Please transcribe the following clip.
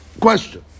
question